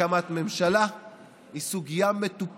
או יותר נכון מונעת מאיתנו הקמת ממשלה היא סוגיה מטופשת,